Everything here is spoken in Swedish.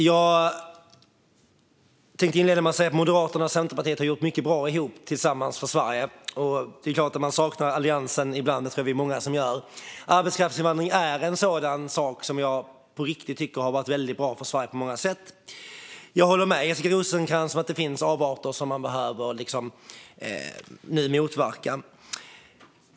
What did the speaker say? Fru talman! Moderaterna och Centerpartiet har gjort mycket bra ihop tillsammans för Sverige. Det är klart att man saknar Alliansen ibland. Det tror jag att vi är många som gör. Arbetskraftsinvandring är en sådan sak som jag på riktigt tycker har varit bra för Sverige på många sätt. Men jag håller med Jessica Rosencrantz om att det finns avarter som man behöver motverka.